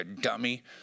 dummy